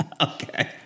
Okay